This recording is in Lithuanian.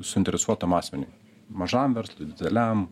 suinteresuotam asmeniui mažam verslui dideliam